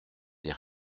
des